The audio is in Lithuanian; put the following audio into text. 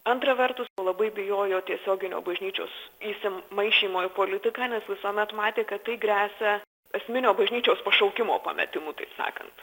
antra vertus labai bijojo tiesioginio bažnyčios įsimaišymo į politiką nes visuomet matė kad tai gresia esminio bažnyčios pašaukimo pametimu taip sakant